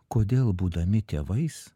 kodėl būdami tėvais